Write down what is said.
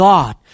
God